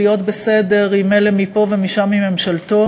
להיות בסדר עם אלה מפה ומשם מממשלתו,